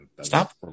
Stop